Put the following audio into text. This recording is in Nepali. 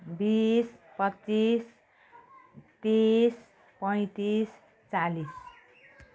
बिस पच्चिस तिस पैँतिस चालिस